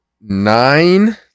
nine